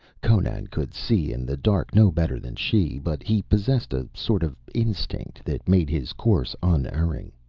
conan could see in the dark no better than she, but he possessed a sort of instinct that made his course unerring.